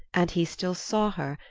and he still saw her,